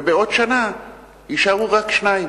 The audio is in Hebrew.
ובעוד שנה יישארו רק שניים.